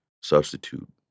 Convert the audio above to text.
substitute